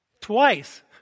Twice